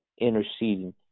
interceding